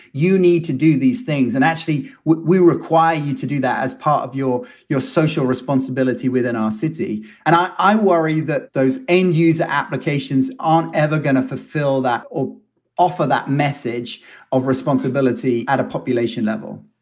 you need to do these things. and actually we require you to do that as part of your your social responsibility within our city and i i worry that those end user applications aren't ever going to fulfill that or offer that message of responsibility at a population level